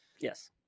Yes